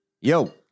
yo